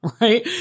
right